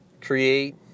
create